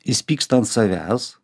jis pyksta ant savęs